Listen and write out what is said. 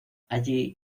allí